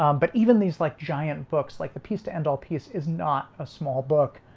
um but even these like giant books like the peace to end all piece is not a small book